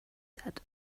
said